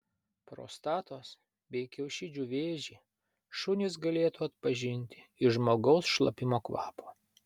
prostatos bei kiaušidžių vėžį šunys galėtų atpažinti iš žmogaus šlapimo kvapo